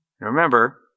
Remember